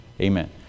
Amen